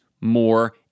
more